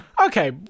Okay